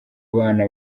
bana